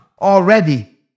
already